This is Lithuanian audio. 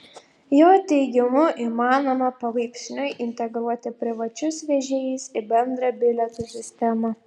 jo teigimu įmanoma palaipsniui integruoti privačius vežėjus į bendrą bilietų sistemą